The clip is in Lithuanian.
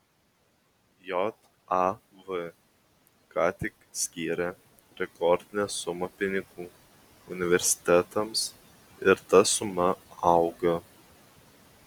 jav ką tik skyrė rekordinę sumą pinigų universitetams ir ta suma auga